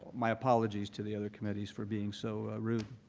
my apologies to the other committees for being so rude.